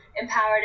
empowered